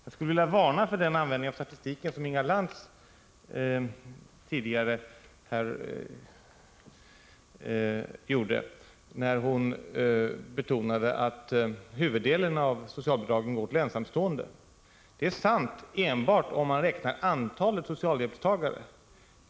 Jag vill varna för att använda statistiken så som Inga Lantz tidigare gjorde, när hon betonade att huvuddelen av socialbidragen går till ensamstående. Det är sant enbart om man räknar antalet socialhjälpstagare.